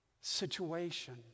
situation